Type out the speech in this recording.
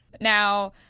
Now